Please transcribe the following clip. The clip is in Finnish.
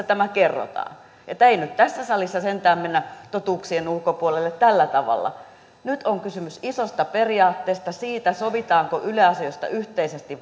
tämä kerrotaan että ei nyt tässä salissa sentään mennä totuuksien ulkopuolelle tällä tavalla nyt on kysymys isosta periaatteesta siitä sovitaanko yle asioista yhteisesti